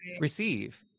receive